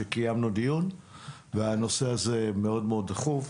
על כך שקיימנו דיון והנושא הזה הוא מאוד דחוף.